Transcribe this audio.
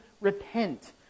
repent